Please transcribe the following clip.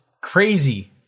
crazy